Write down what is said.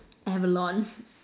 abalone